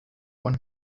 one